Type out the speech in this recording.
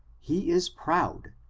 he is proud,